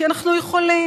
כי אנחנו יכולים,